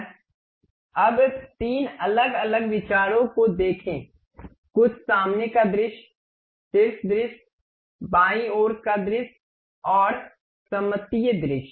Now look at 3 different views something like the front view the top view the left side view and the isometric view अब 3 अलग अलग विचारों को देखें कुछ सामने का दृश्य शीर्ष दृश्य बाईं ओर का दृश्य और सममितीय दृश्य